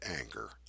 anger